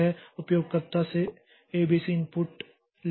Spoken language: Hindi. यह उपयोगकर्ता से एबीसी इनपुट लेगा